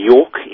York